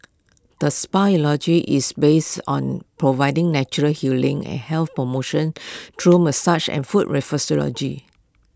the spa's ideology is based on providing natural healing and health promotion through massage and foot reflexology